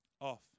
off